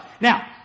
Now